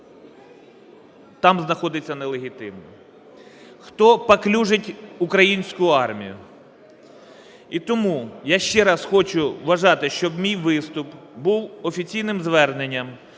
там знаходиться нелегітимно. Хто паплюжить українську армію? І тому я ще раз хочу вважати, щоб мій виступ був офіційним зверненням